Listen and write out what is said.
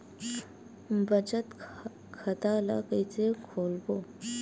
बचत खता ल कइसे खोलबों?